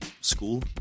school